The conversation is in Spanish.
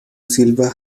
silva